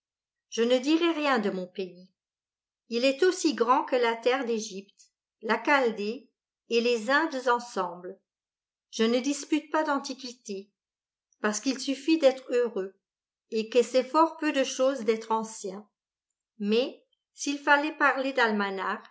je ne dirai rien de mon pays il est aussi grand que la terre d'egypte la chaldée et les indes ensemble je ne dispute pas d'antiquité parcequ'il suffit d'être heureux et que c'est fort peu de chose d'être ancien mais s'il fallait parler